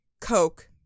Coke